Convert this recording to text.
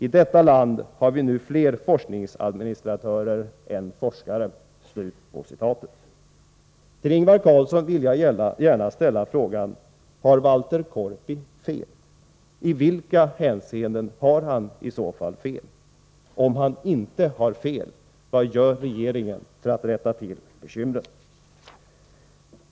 I detta land har vi nu fler forskningsadministratörer än forskare.” Till Ingvar Carlsson vill jag ställa följande fråga: Har Walter Korpi fel? I vilka hänseenden har han i så fall fel? Om han inte har fel, vad gör då regeringen för att komma till rätta med dessa bekymmer?